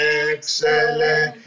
excellent